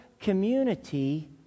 community